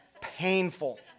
painful